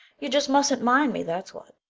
you just mustn't mind me, that's what.